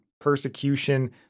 Persecution